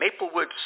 maplewood